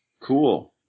Cool